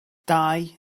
dau